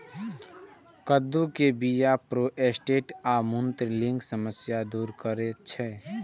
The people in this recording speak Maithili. कद्दू के बीया प्रोस्टेट आ मूत्रनलीक समस्या दूर करै छै